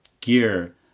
gear